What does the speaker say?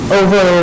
over